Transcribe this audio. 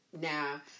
Now